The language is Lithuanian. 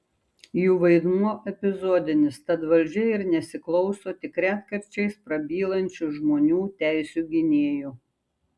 jų vaidmuo epizodinis tad valdžia ir nesiklauso tik retkarčiais prabylančių žmonių teisių gynėjų